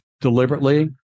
deliberately